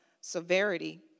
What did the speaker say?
Severity